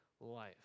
life